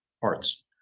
parts